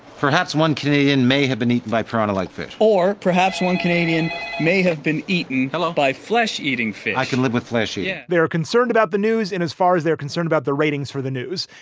perhaps one canadian may have been eaten by piranha like fish, or perhaps one canadian may have been eaten up by flesh eating fish. i can live with flesh here yeah they're concerned about the news. and as far as they're concerned about the ratings for the news.